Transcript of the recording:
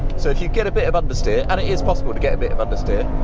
so if you get a bit of understeer and it is possible to get a bit of understeer,